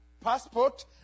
passport